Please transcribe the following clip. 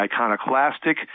iconoclastic